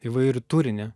įvairų turinį